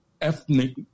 ethnic